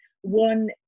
One